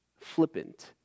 flippant